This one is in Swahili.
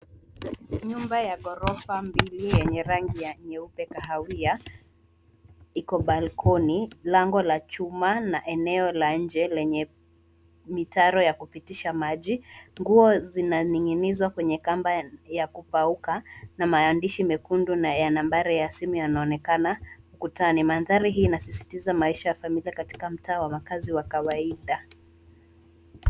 Nyumba ya ghorofa mbili yenye rangi ya nyeupe kahawia ikona balkoni, lango la chuma na eneo la nje lenye mitaro ya kupitisha maji. Nguo zinaning'inizwa kwenye kamba ya kupauka na maandishi mekundu na ya nambari ya simu yanaonekana ukutani. Maandhari hii inasisitiza maisha ya familia katika mta wa makazi ya kawaida.